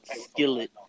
skillet